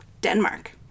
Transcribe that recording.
Denmark